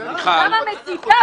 ומה אסור.